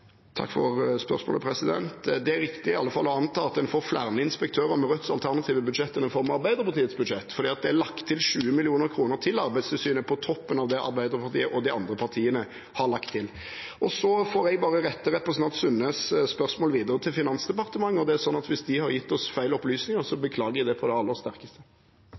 Takk for spørsmålet. Det er i alle fall riktig å anta at en får flere inspektører med Rødts alternative budsjett enn en får med Arbeiderpartiets budsjett, for det er lagt inn 20 mill. kr til Arbeidstilsynet på toppen av det Arbeiderpartiet og de andre partiene har lagt inn. Så får jeg rette representanten Sundnes’ spørsmål videre til Finansdepartementet, og hvis de har gitt oss feil opplysninger, beklager jeg det på det aller sterkeste.